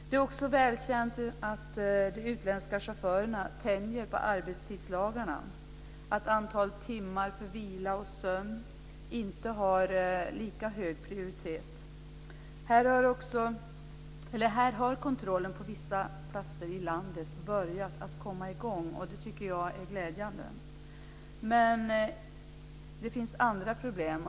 Det är också väl känt att de utländska chaufförerna tänjer på arbetstidslagarna, att antalet timmar för vila och sömn inte har lika hög prioritet som hos oss. Här har kontrollen på vissa platser i landet börjat komma i gång, vilket jag tycker är glädjande. Men det finns andra problem.